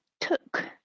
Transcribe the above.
took